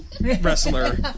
wrestler